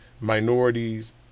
minorities